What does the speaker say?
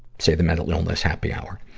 say the mental illness happy hour.